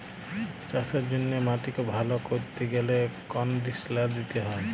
চাষের জ্যনহে মাটিক ভাল ক্যরতে গ্যালে কনডিসলার দিতে হয়